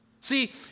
See